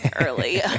early